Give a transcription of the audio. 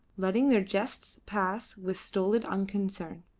letting their jests pass with stolid unconcern.